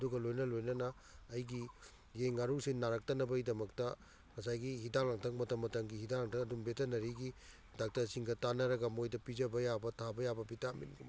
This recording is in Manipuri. ꯑꯗꯨꯒ ꯂꯣꯏꯅ ꯂꯣꯏꯅꯅ ꯑꯩꯒꯤ ꯌꯦꯟ ꯉꯥꯅꯨꯁꯤꯡ ꯅꯥꯔꯛꯇꯅꯕꯒꯤꯗꯃꯛꯇ ꯉꯁꯥꯏꯒꯤ ꯍꯤꯗꯥꯀ ꯂꯥꯡꯊꯛ ꯃꯇꯝ ꯃꯇꯝꯒꯤ ꯍꯤꯗꯥꯛ ꯂꯥꯡꯊꯛ ꯑꯗꯨꯝ ꯕꯦꯇꯅꯔꯤꯒꯤ ꯗꯣꯛꯇꯔ ꯁꯤꯡꯒ ꯇꯥꯟꯅꯔꯒ ꯃꯣꯏꯗ ꯄꯤꯖꯕ ꯌꯥꯕ ꯊꯥꯕ ꯌꯥꯕ ꯕꯤꯇꯥꯃꯤꯟꯒꯨꯝꯕ